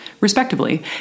Respectively